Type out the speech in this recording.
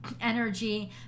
energy